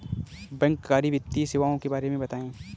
बैंककारी वित्तीय सेवाओं के बारे में बताएँ?